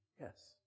Yes